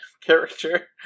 character